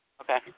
Okay